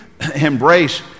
embrace